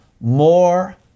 more